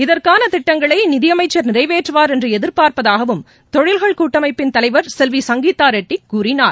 இதற்கான திட்டங்களை நிதியமைச்சர் நிறைவேற்றுவார் என்று எதிர்பார்ப்பதாகவும் தொழில்கள் கூட்டமைப்பின் தலைவர் செல்வி சங்கீதா ரெட்டி கூறினார்